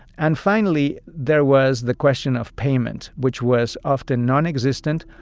and finally there was the question of payment, which was often nonexistent.